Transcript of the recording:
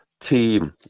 team